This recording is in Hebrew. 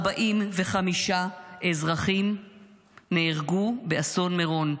45 אזרחים נהרגו באסון מירון,